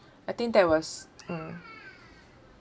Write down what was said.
I think that was mm